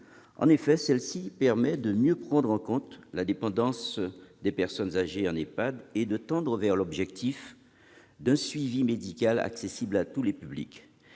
de loi permet de mieux prendre en compte la dépendance des personnes âgées en EHPAD et de tendre vers l'objectif d'un suivi médical accessible à tous les publics.